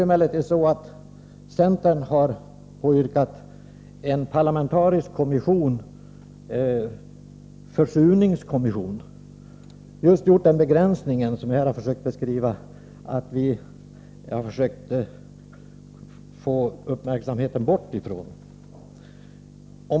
Centern har emellertid påyrkat en parlamentarisk försurningskommission. Man har gjort just den begränsning som jag har försökt få bort uppmärksamheten ifrån.